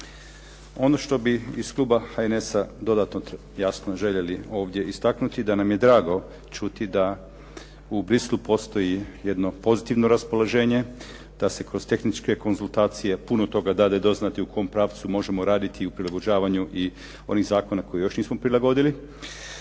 Ono što bi iz kluba HNS-a dodatno jasno željeli ovdje istaknuti, da nam je drago čuti da u Bruxellesu postoji jedno pozitivno raspoloženje, da se kroz tehničke konzultacije puno toga dade doznati u kom pravcu možemo raditi u prilagođavanju i onih zakona koje još nismo prilagodili,